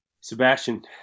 Sebastian